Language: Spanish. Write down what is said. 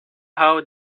how